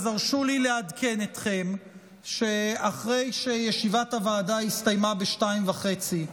הרשו לי לעדכן אתכם שאחרי שישיבת הוועדה הסתיימה ב-14:30,